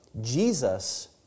Jesus